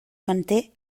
manté